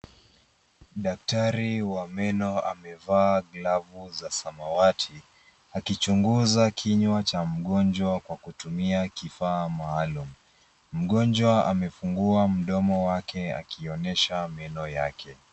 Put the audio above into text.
Daktari wa meno amevaa glavu za samawati akichunguza kinywa cha mgonjwa kwa kutumia kifaa maalum. Mgonjwa amefungua mdomo wake akionyesha meno yake.